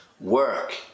Work